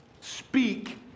speak